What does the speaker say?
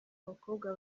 abakobwa